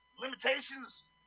limitations